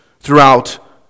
throughout